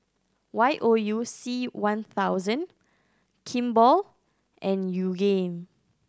Y O U C one thousand Kimball and Yoogane